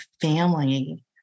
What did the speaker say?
family